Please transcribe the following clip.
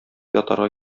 ятарга